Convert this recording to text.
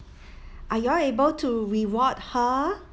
are you all able to reward her